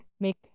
make